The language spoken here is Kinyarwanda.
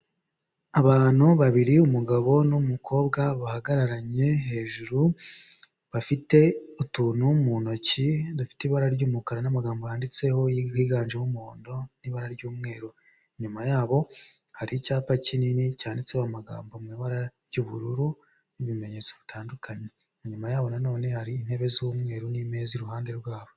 Abantu babiri, umugabo n'umukobwa bahagararanye, hejuru bafite utuntu mu ntoki dufite ibara ry'umukara, n'amagambo yanditseho higanjemo umuhondo n'ibara ry'umweru, inyuma yabo hari icyapa kinini cyanditseho amagambo mu ibara ry'ubururu n'ibimenyetso bitandukanye, inyuma yabo nanone hari intebe z'umweru n'imeza iruhande rwabo.